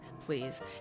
please